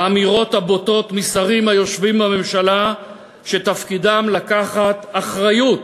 האמירות הבוטות של שרים היושבים בממשלה ותפקידם לקחת אחריות